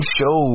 show